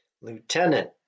Lieutenant